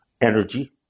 energy